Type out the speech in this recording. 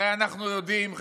הרי אנחנו יודעים,